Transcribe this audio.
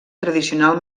tradicional